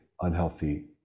unhealthy